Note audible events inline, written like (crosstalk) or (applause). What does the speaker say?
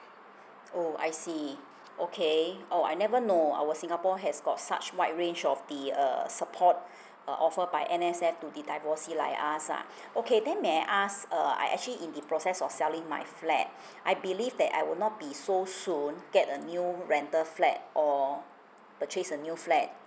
oh I see okay oh I never know our singapore has got such wide range of the uh support uh offer by M_S_F to the divorcee like us ah okay then may I ask uh I actually in the process of selling my flat (breath) I believe that I would not be so soon get a new rental flat or purchase a new flat